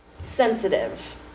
sensitive